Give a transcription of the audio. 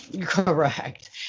Correct